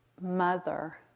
mother